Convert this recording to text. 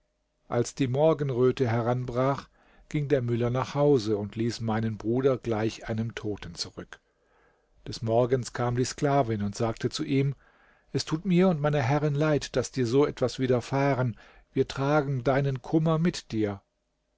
als die morgenröte heranbrach ging der müller nach hause und ließ meinen bruder gleich einem toten zurück des morgens kam die sklavin und sagte zu ihm es tut mir und meiner herrin leid daß dir so etwas widerfahren wir tragen deinen kummer mit dir